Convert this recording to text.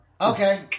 Okay